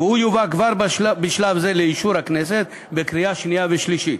והוא יובא כבר בשלב זה לאישור הכנסת בקריאה שנייה ושלישית,